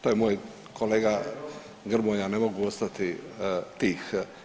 To je moj kolega Grmoja ne mogu ostati tih.